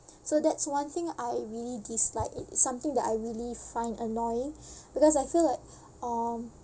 so that's one thing I really dislike it something that I really find annoying because I feel like um